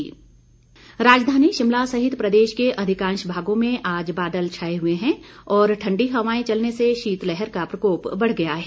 मौसम राजधानी शिमला सहित प्रदेश के अधिकांश भागों में आज बादल छाए हुए हैं और ठंडी हवाएं चलने से शीतलहर का प्रकोप बढ़ गया है